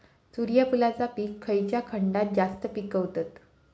सूर्यफूलाचा पीक खयच्या खंडात जास्त पिकवतत?